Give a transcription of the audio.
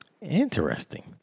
Interesting